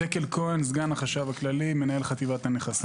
אני סגן החשב הכללי, מנהל חטיבת הנכסים.